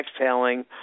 exhaling